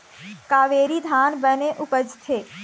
कावेरी धान बने उपजथे?